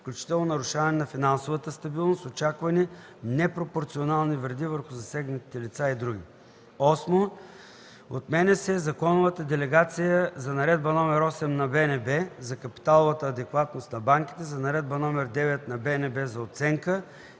включително нарушаване на финансовата стабилност, очаквани непропорционални вреди върху засегнатите лица и др. 8. Отменя се законовата делегация за Наредба № 8 на БНБ за капиталовата адекватност на банките, за Наредба № 9 на БНБ за оценка